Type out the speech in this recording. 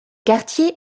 quartier